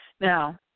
Now